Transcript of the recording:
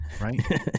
right